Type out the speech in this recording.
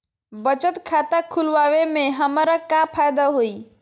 बचत खाता खुला वे में हमरा का फायदा हुई?